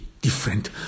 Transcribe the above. different